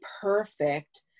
perfect